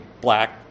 black